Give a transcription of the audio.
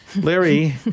Larry